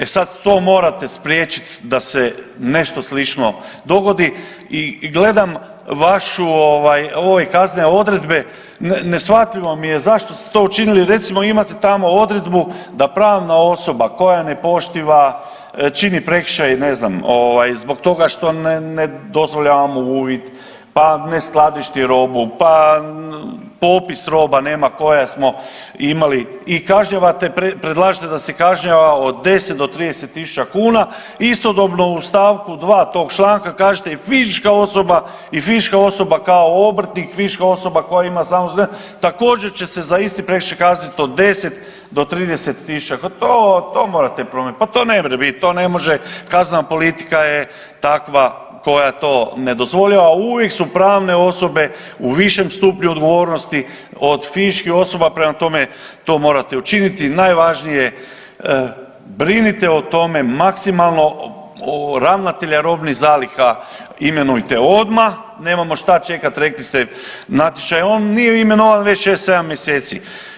E sad to morate spriječiti da se nešto slično dogodi i gledam vašu ovaj, ove kaznene odredbe, neshvatljivo mi je zašto ste to učili, recimo, imate tamo odredbi da pravna osoba koja ne poštiva, čini prekršaj, ne znam, ovaj, zbog toga što ne dozvoljavamo uvid, pa ne skladišti robu pa popis roba nema koja smo imali i kažnjavate, predlažete da se kažnjava od 10 do 30 tisuća kuna, istodobno u st. 2 tog članka kažete fizička osoba i fizička osoba kao obrtnik, fizička osoba koja ima ... također će se za isti prekršaj kazniti od 10 do 30 tisuća, pa to, to morate promijeniti, pa to nemre bit, to ne može, kaznena politika je takva koja to ne dozvoljava, uvijek su pravne osobe u višem stupnju odgovornosti od fizičkih osoba, prema tome, to morate učiniti, najvažnije je, brinite o tome maksimalno, o ravnatelja robnih zaliha imenujte odma, nemamo šta čekati, rekli ste, natječaj, on nije imenovan već 6, 7 mjeseci.